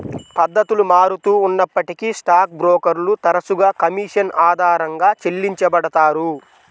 పద్ధతులు మారుతూ ఉన్నప్పటికీ స్టాక్ బ్రోకర్లు తరచుగా కమీషన్ ఆధారంగా చెల్లించబడతారు